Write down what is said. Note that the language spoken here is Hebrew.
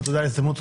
ותודה על ההזדמנות,